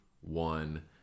one